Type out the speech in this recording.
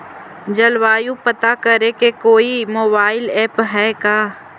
जलवायु पता करे के कोइ मोबाईल ऐप है का?